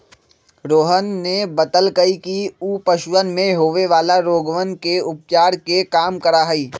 रोहन ने बतल कई कि ऊ पशुवन में होवे वाला रोगवन के उपचार के काम करा हई